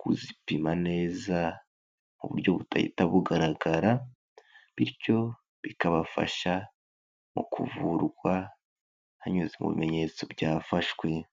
kuzipima neza mu buryo budahita bugaragara, bityo bikabafasha mu kuvurwa hanyuze mu bimenyetso byafashwe.